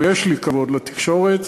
ויש לי כבוד לתקשורת,